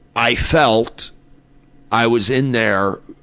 i felt i was in there